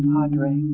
Padre